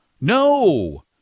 No